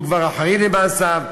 הוא כבר אחראי למעשיו,